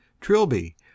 Trilby